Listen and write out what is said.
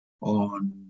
on